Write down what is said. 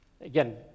Again